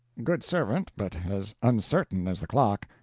good servant, but as uncertain as the clock.